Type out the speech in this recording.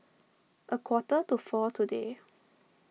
a quarter to four today